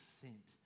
sent